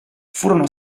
furono